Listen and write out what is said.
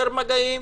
יותר מגיעים